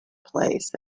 place